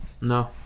No